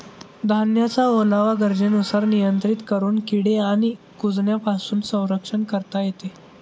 धान्याचा ओलावा गरजेनुसार नियंत्रित करून किडे आणि कुजण्यापासून संरक्षण करता येते